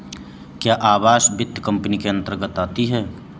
क्या आवास वित्त कंपनी इसके अन्तर्गत आती है?